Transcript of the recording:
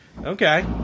Okay